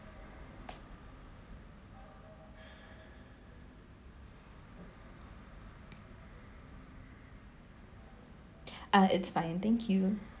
uh it's fine thank you